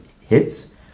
hits